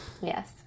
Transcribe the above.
yes